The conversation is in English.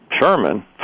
Sherman